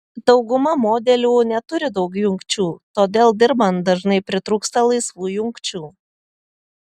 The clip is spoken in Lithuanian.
dauguma modelių neturi daug jungčių todėl dirbant dažnai pritrūksta laisvų jungčių